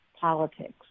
politics